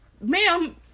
ma'am